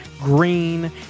green